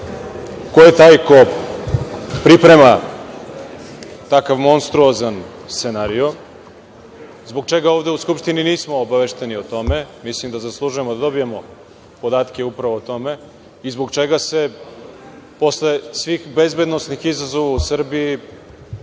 ko je taj ko priprema takav monstruozan scenario? Zbog čega ovde u Skupštini nismo obavešteni o tome? Mislim da zaslužujemo da dobijemo podatke upravo o tome. Zbog čega se posle svih bezbednosnih izazova u Srbiji